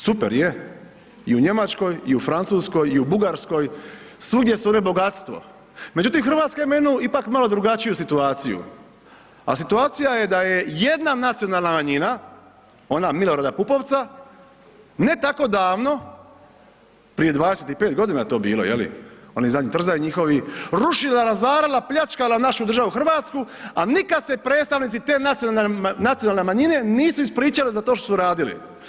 Super, je, i u Njemačkoj i u Francuskoj i u Bugarskoj, svugdje su one bogatstvo međutim Hrvatska ima jednu ipak malo drugačiju situaciju a situacija je da je jedna nacionalna manjina, ona M. Pupovca, ne tako davno, prije 25 g. je to bilo, je li, oni zadnji trzaji njihovi, rušila, razarala, pljačkala našu državu Hrvatsku a nikad se predstavnici te nacionalne manjine nisu ispričali za to što su uradili.